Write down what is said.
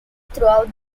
throughout